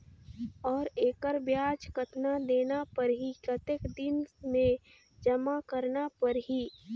और एकर ब्याज कतना देना परही कतेक दिन मे जमा करना परही??